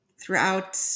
throughout